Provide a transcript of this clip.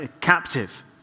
captive